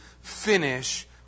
finish